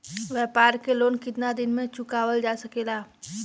व्यापार के लोन कितना दिन मे चुकावल जा सकेला?